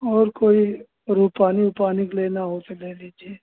और कोई रूपानी उपानी का लेना हो तो ले लीजिए